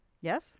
Yes